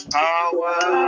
power